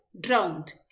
drowned